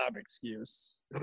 excuse